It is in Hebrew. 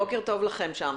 בוקר טוב לכם שם.